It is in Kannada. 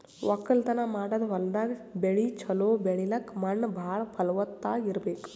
ವಕ್ಕಲತನ್ ಮಾಡದ್ ಹೊಲ್ದಾಗ ಬೆಳಿ ಛಲೋ ಬೆಳಿಲಕ್ಕ್ ಮಣ್ಣ್ ಭಾಳ್ ಫಲವತ್ತಾಗ್ ಇರ್ಬೆಕ್